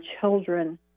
children